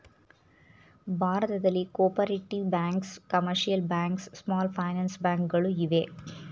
ಭಾರತದಲ್ಲಿ cooperative banks, commercial banks, small finance bank ಗಳು ಇವೆ